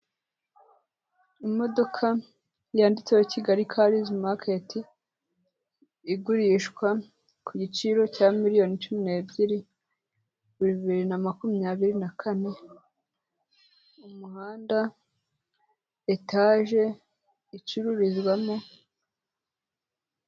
Imodoka yanditseho Kigali cars market igurishwa ku giciro cya miliyoni cumi n'ebyiribiri bibiri na makumyabiri na kane ku mpande hari etage icururizwamo.